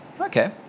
Okay